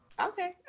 okay